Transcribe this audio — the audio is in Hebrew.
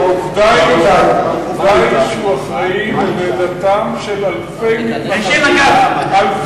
עובדה היא שהוא אחראי ללידתם של אלפי מתנחלים.